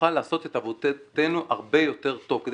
שנוכל לעשות את עבודתנו הרבה יותר טוב כדי